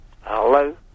Hello